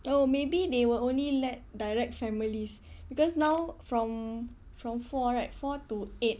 well maybe they will only let direct families because now from from four right four to eight